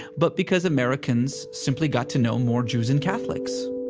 but because americans simply got to know more jews and catholics